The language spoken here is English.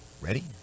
ready